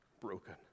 broken